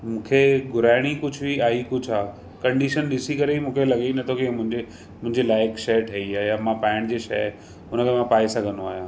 मूंखे घुराइणी कुझु हुई आई कुझु आहे कंडीशन ॾिसी करे ई मूंखे लॻे ई न थो की मुंहिंजे मुंहिंजे लाइक़ु शइ ठही आहे या मां पाइण जी शइ हुनखे मां पाए सघंदो आहियां